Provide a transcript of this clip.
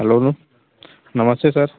hello नमस्ते sir